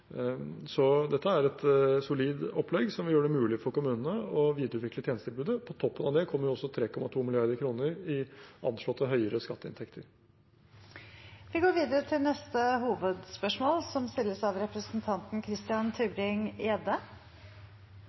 så dette er et solid opplegg som vil gjøre det mulig for kommunene å videreutvikle tjenestetilbudet. På toppen av det kommer også 3,2 mrd. kr i anslått høyere skatteinntekter. Vi går videre til neste hovedspørsmål.